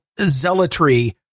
zealotry